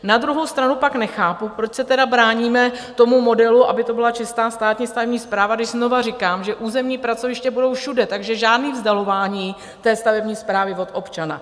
Na druhou stranu pak nechápu, proč se tedy bráníme tomu modelu, aby to byla čistá státní stavební správa, když znova říkám, že územní pracoviště budou všude, takže žádné vzdalování té stavební správy od občana.